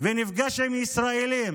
ונפגש עם ישראלים